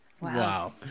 Wow